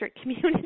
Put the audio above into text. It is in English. community